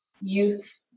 Youth